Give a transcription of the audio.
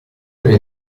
viene